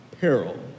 peril